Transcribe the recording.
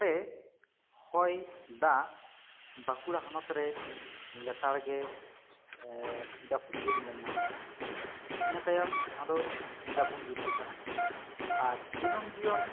ᱱᱚᱰᱮ ᱦᱚᱭ ᱫᱟᱜ ᱵᱟᱸᱠᱩᱲᱟ ᱦᱚᱱᱚᱛ ᱨᱮ ᱞᱮᱛᱟᱲ ᱜᱮ ᱮ ᱡᱟᱹᱯᱩᱫ ᱫᱤᱱ ᱧᱮᱞ ᱧᱟᱢᱚᱜᱼᱟ ᱤᱱᱟᱹ ᱛᱟᱭᱚᱢ ᱟᱫᱚ ᱡᱟᱹᱯᱩᱜ ᱨᱤᱛᱩ ᱠᱟᱱᱟ ᱟᱨ ᱫᱤᱱᱟᱹᱢ ᱡᱤᱭᱚᱱ